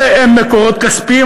אלה הם מקורות כספיים.